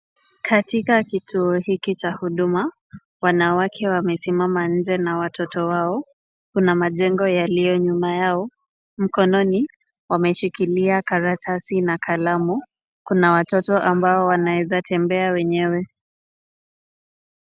Katika kituo hiki cha huduma, wanawake wamesimama nje na watoto wao. Kuna majengo yaliyo nyuma yao. Mkononi wameshikilia karatasi na kalamu. Kuna watoto ambao wanaweza tembea wenyewe.